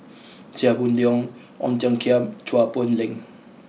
Chia Boon Leong Ong Tiong Khiam and Chua Poh Leng